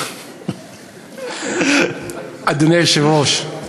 אדוני היושב-ראש,